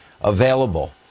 available